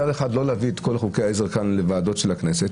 מצד אחד לא להביא את כל חוקי העזר כאן לוועדות של הכנסת,